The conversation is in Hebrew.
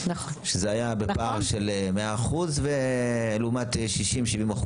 זה היה בפער של 100% לעומת 70%-60%.